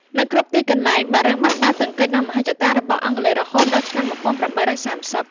នៅគ្រប់ទីកន្លែងបារាំងបានប៉ះទង្គិចនឹងមហិច្ឆតារបស់អង់គ្លេសរហូតដល់ឆ្នាំ១៨៣០។